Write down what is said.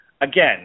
Again